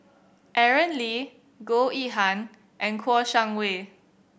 Aaron Lee Goh Yihan and Kouo Shang Wei